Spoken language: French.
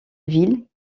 ville